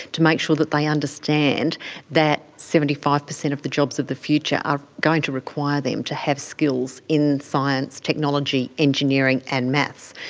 to make sure that they understand that seventy five percent of the jobs of the future are going to require them to have skills in science, technology, engineering and maths.